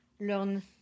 learn